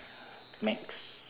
max